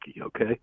okay